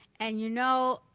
and you know